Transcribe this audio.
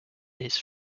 his